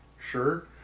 sure